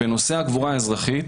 בנושא הקבורה אזרחית